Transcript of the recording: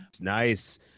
Nice